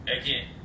again